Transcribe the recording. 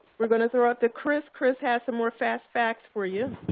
we're going to throw it to chris. chris has some more fast facts for you.